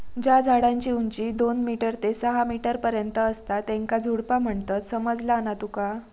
ज्या झाडांची उंची दोन मीटर ते सहा मीटर पर्यंत असता त्येंका झुडपा म्हणतत, समझला ना तुका?